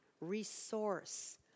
resource